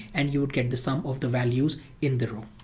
and you would get the sum of the values in the row.